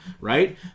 right